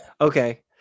okay